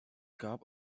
gab